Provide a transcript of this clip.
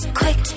quick